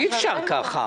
אי אפשר כך.